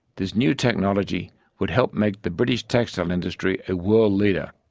this new technology would help make the british textile industry a world leader.